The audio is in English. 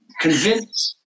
convince